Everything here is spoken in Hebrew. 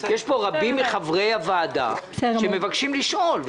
יש פה רבים מחברי הוועדה שמבקשים לשאול.